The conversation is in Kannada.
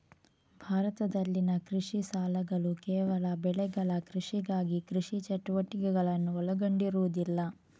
ಭಾರತದಲ್ಲಿನ ಕೃಷಿ ಸಾಲಗಳುಕೇವಲ ಬೆಳೆಗಳ ಕೃಷಿಗಾಗಿ ಕೃಷಿ ಚಟುವಟಿಕೆಗಳನ್ನು ಒಳಗೊಂಡಿರುವುದಿಲ್ಲ